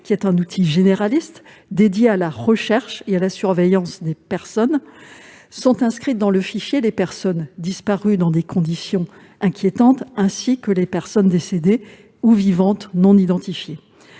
est un outil généraliste, consacré à la recherche et à la surveillance des personnes. Sont inscrites dans ce fichier les personnes disparues dans des conditions inquiétantes, ainsi que les personnes décédées ou vivantes non identifiées.